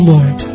Lord